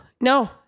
No